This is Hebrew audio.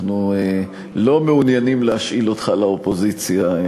אנחנו לא מעוניינים להשאיל אותך לאופוזיציה.